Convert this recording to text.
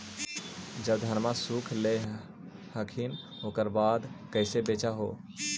जब धनमा सुख ले हखिन उकर बाद कैसे बेच हो?